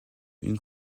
une